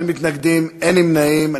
אין מתנגדים ואין נמנעים.